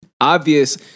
obvious